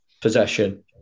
possession